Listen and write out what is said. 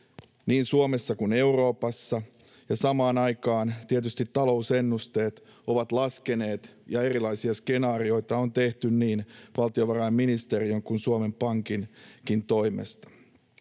niin Suomessa kuin Euroopassa, ja samaan aikaan tietysti talousennusteet ovat laskeneet ja erilaisia skenaarioita on tehty niin valtiovarainministeriön kuin Suomen Pankinkin toimesta.